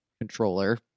controller